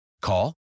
Call